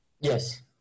Yes